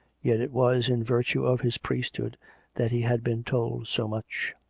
yet it was in virtue of his priest hood that he had been told so much.